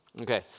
Okay